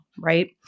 right